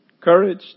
courage